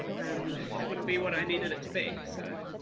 um it wouldn't be what i needed it to be so